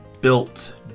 built